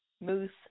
moose